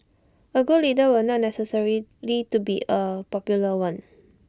A good leader will not necessarily lead be A popular one